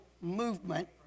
movement